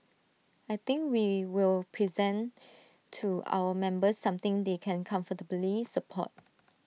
I think we will present to our members something they can comfortably support